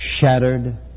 shattered